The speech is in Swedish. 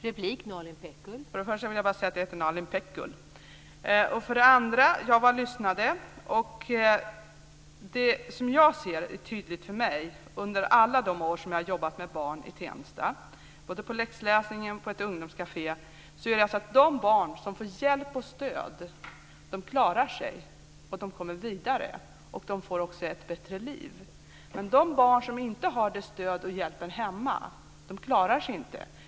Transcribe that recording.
Fru talman! Först vill jag bara säga att jag heter Nalin Pekgul. Jag var där och lyssnade. Det som är tydligt för mig efter alla de år som jag har jobbat med barn i Tensta, både med läxläsningen och på ett ungdomskafé, är att de barn som får hjälp och stöd klarar sig. De kommer vidare. De får också ett bättre liv. De barn som inte får det stödet och inte har den hjälpen hemma klarar sig inte.